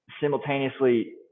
simultaneously